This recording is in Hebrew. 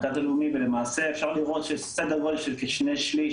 ולמעשה אפשר לראות שסדר גודל של כשני שליש,